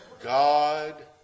God